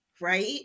right